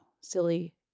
silly